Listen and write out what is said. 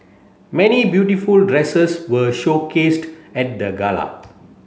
many beautiful dresses were showcased at the gala